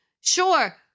sure